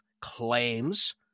claims